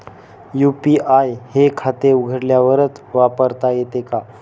UPI हे खाते उघडल्यावरच वापरता येते का?